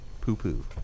poo-poo